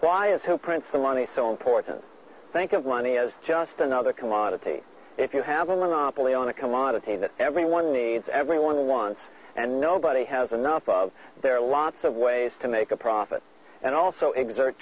why is who prints the money so important think of money as just another commodity if you have a monopoly on a commodity that everyone needs everyone wants and nobody has enough of there are lots of ways to make a profit and also exert